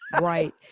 right